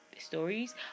stories